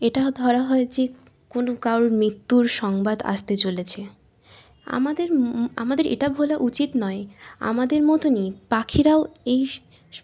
এটা ধরা হয় যে কোনো কারোর মৃত্যুর সংবাদ আসতে চলেছে আমাদের আমাদের এটা ভোলা উচিত নয় আমাদের মতনই পাখিরাও এই